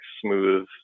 smooth